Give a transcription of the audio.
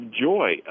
joy